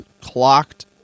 clocked